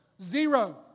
Zero